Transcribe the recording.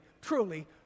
truly